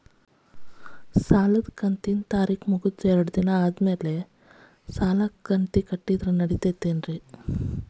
ನನ್ನ ಸಾಲದು ಕಂತಿನ ಡೇಟ್ ಮುಗಿದ ಎರಡು ದಿನ ಆದ್ಮೇಲೆ ಕಟ್ಟಿದರ ನಡಿತೈತಿ?